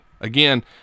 Again